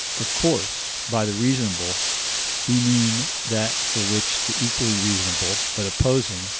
of course, by the reasonable we mean that for which the equally reasonable, but opposing,